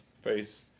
face